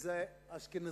זה אשכנזים.